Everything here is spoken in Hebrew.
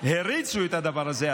הריצו את הדבר הזה.